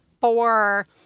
four